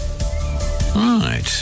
Right